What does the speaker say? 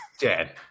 dead